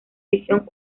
visión